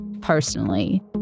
personally